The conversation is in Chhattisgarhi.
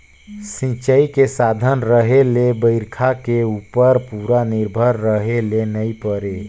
सिंचई के साधन रहें ले बइरखा के उप्पर पूरा निरभर रहे ले नई परे